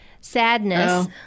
sadness